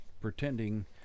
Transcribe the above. pretending